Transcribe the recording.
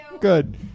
Good